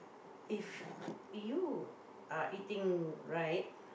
if you are eating right